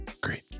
great